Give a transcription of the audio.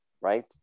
right